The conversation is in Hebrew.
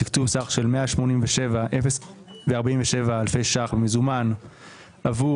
תקציב סך של 187,047 אלפי שקלים במזומן עבור